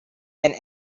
and